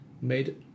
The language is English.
made